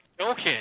Okay